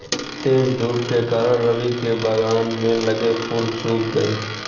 तेज धूप के कारण, रवि के बगान में लगे फूल सुख गए